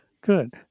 good